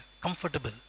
comfortable